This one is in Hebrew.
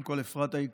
קודם כול, אפרת היקרה,